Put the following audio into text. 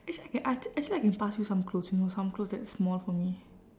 eh actually I can I actually I can pass you some clothes you know some clothes that's small for me